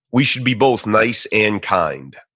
we should be both nice and kind.